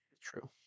True